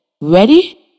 Ready